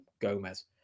Gomez